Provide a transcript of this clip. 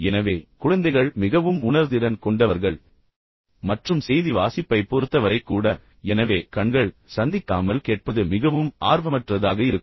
எனவே குழந்தைகள் மிகவும் உணர்திறன் கொண்டவர்கள் மற்றும் செய்தி வாசிப்பைப் பொறுத்தவரை கூட எனவே கண்கள் சந்திக்காமல் கேட்பது மிகவும் ஆர்வமற்றதாக இருக்கும்